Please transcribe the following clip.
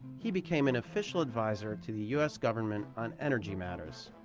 he became an official adviser to the u s. government on energy matters.